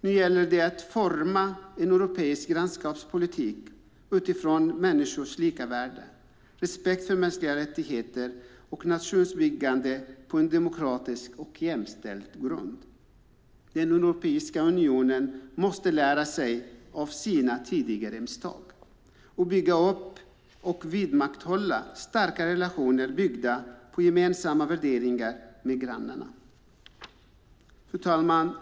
Nu gäller det att forma en europeisk grannskapspolitik utifrån människors lika värde, respekt för mänskliga rättigheter och nationsbyggande på demokratisk och jämställd grund. Europeiska unionen måste lära sig av sina tidigare misstag och bygga upp och vidmakthålla starka relationer byggda på gemensamma värderingar med grannarna. Fru talman!